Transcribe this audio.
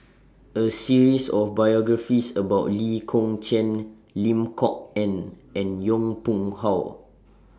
A series of biographies about Lee Kong Chian Lim Kok Ann and Yong Pung How